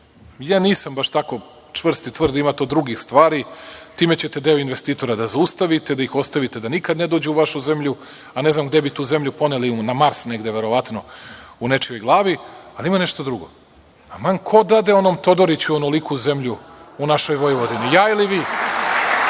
Ja nisam baš tako čvrst i tvrd. Ima tu drugih stvari. Time ćete deo investitora da zaustavite, da ih ostavite da nikada ne dođu u vašu zemlju, a ne znam gde bi tu zemlju poneli, verovatno negde na Mars, u nečijoj glavi. Ima nešto drugo. Aman, ko dade onom Todoriću onoliku zemlju u našoj Vojvodini? Ja ili vi?